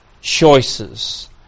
choices